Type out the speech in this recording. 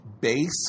base